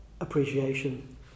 appreciation